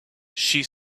she